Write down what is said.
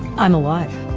i'm alive.